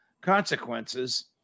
consequences